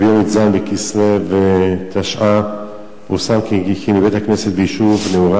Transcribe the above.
ביום י"ז בכסלו תשע"א פורסם כי מבית-כנסת ביישוב נהורה